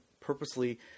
purposely